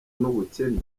n’ubukene